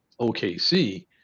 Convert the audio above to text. OKC